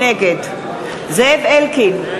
נגד זאב אלקין,